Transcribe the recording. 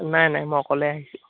নাই নাই মই অকলে আহিছোঁ